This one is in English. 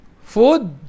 food